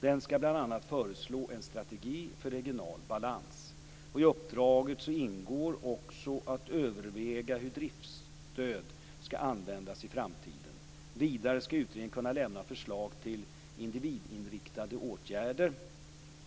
Den skall bl.a. föreslå en strategi för regional balans. I uppdraget ingår också att överväga hur driftsstöd skall användas i framtiden. Vidare skall utredningen kunna lämna förslag till individinriktade åtgärder.